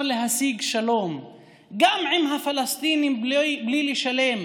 להשיג שלום גם עם הפלסטינים בלי לשלם